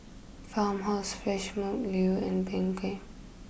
Farmhouse Fresh Milk Leo and Bengay